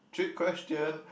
trick question